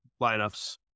lineups